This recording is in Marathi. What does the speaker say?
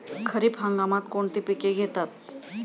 खरीप हंगामात कोणती पिके घेतात?